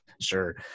sure